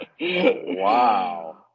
Wow